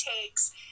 takes